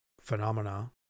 phenomena